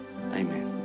amen